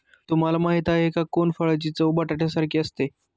तुम्हाला माहिती आहे का? कोनफळाची चव बटाट्यासारखी असते